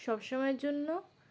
সব সময়ের জন্য